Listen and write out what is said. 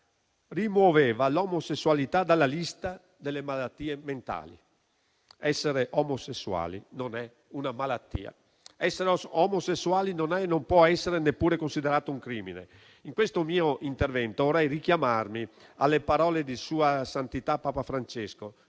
rimuoveva l'omosessualità dalla lista delle malattie mentali. Essere omosessuali non è una malattia; essere omosessuali non è - e non può essere, neppure - considerato un crimine. In questo mio intervento vorrei richiamarmi alle parole di sua santità Papa Francesco,